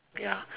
ya